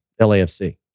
LAFC